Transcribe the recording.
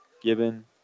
Gibbon